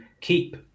keep